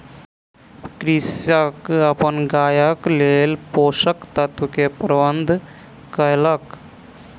कृषक अपन गायक लेल पोषक तत्व के प्रबंध कयलक